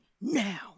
now